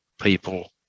people